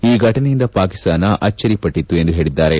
ಈ ಘಟನೆಯಿಂದ ಪಾಕಿಸ್ತಾನ ಅಚ್ವರಿ ಪಟ್ಟಿತ್ತು ಎಂದು ಹೇಳಿದ್ದಾರೆ